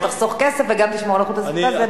שתחסוך כסף וגם תשמור על איכות הסביבה.